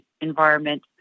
environment